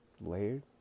layered